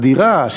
אדירה,